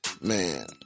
Man